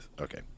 Okay